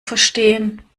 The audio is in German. verstehen